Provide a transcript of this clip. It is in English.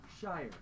Shire